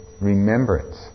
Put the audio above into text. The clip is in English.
remembrance